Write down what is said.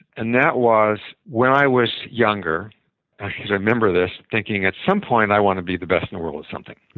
and that was when i was younger, because i remember this, thinking at some point i want to be the best in the world at something.